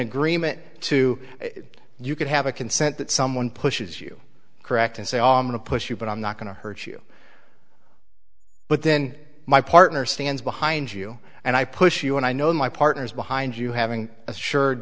agreement to you could have a consent that someone pushes you correct and say i push you but i'm not going to hurt you but then my partner stands behind you and i push you and i know my partner is behind you having a